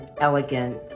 elegant